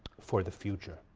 for the future.